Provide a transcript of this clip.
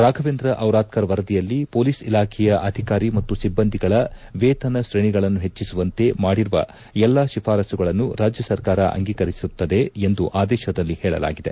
ರಾಫವೇಂದ್ರ ಟಿರಾದ್ದರ್ ವರದಿಯಲ್ಲಿ ಪೊಲೀಸ್ ಇಲಾಖೆಯ ಅಧಿಕಾರಿ ಮತ್ತು ಸಿಬ್ಲಂದಿಗಳ ವೇತನ ಶ್ರೇಣಿಗಳನ್ನು ಹೆಚ್ಚಿಸುವಂತೆ ಮಾಡಿರುವ ಎಲ್ಲಾ ಶಿಫಾರಸುಗಳನ್ನು ರಾಜ್ಯ ಸರ್ಕಾರ ಅಂಗೀಕರಿಸಿರುತ್ತದೆ ಎಂದು ಆದೇಶದಲ್ಲಿ ಹೇಳಲಾಗಿದೆ